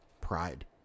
pride